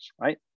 right